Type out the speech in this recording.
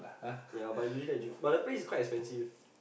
ya but usually I drink but the place is quite expensive